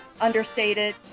understated